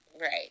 right